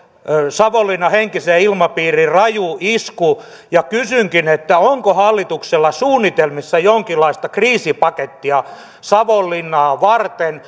savonlinnan henkiseen ilmapiiriin raju isku ja kysynkin onko hallituksella suunnitelmissa jonkinlaista kriisipakettia savonlinnaa varten